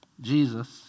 Jesus